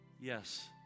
Yes